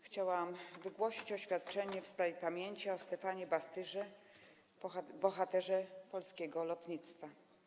Chciałam wygłosić oświadczenie w sprawie pamięci o Stefanie Bastyrze - bohaterze polskiego lotnictwa.